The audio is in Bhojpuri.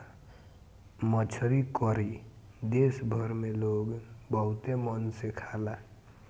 मछरी करी देश भर में लोग बहुते मन से खाला